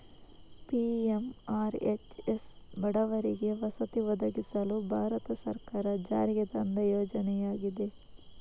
PMRHS ಬಡವರಿಗೆ ವಸತಿ ಒದಗಿಸಲು ಭಾರತ ಸರ್ಕಾರ ಜಾರಿಗೆ ತಂದ ಯೋಜನೆಯಾಗಿದೆ